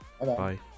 Bye